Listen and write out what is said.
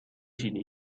ﻧﻌﺮه